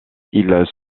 ils